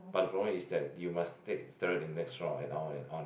but the problem is that you must take steroid in next round and on and on